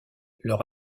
leur